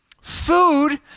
food